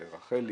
לרחלי,